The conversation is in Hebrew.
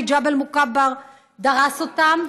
מג'בל מוכבר דרס אותם,